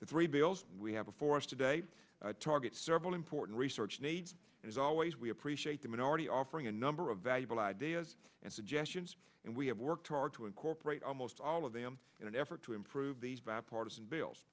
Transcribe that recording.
the three bills we have before us today target several important research needs as always we appreciate the minority offering a number of valuable ideas and suggestions and we have worked hard to incorporate almost all of them in an effort to improve these bipartisan bills